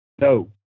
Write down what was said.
No